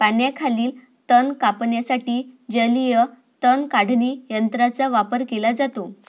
पाण्याखालील तण कापण्यासाठी जलीय तण काढणी यंत्राचा वापर केला जातो